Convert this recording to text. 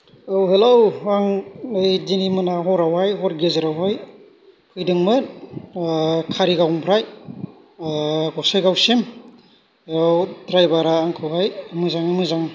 औ हेलौ आं नै दिनै मोना हरावहाय हर गेजेरावहाय फैदोंमोन कारिगावनिफ्राय गसाइगावसिम ड्रायभार आ आंखौहाय मोजाङै मोजां